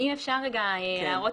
הסביבה ביחד עם ועדת